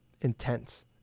intense